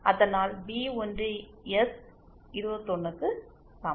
அதனால் பி1 எஸ் 21 க்கு சமம்